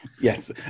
Yes